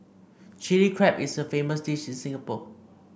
Chilli Crab is a famous dish in Singapore